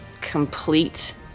complete